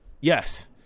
yes